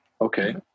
Okay